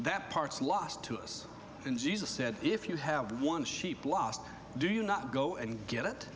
that part's lost to us and jesus said if you have one sheep lost do you not go and get it